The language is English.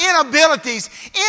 inabilities